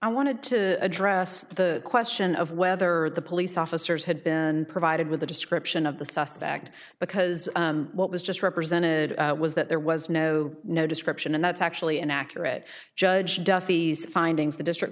i wanted to address the question of whether the police officers had been provided with a description of the suspect because what was just represented was that there was no no description and that's actually an accurate judge duffy's findings the district